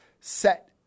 set